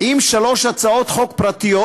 עם שלוש הצעות חוק פרטיות,